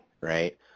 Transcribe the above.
right